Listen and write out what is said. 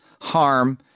harm